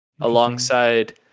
alongside